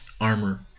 armor